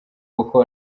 boko